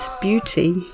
beauty